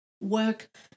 work